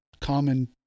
common